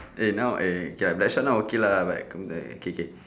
eh now eh K Blackshot now okay lah like come to ah K K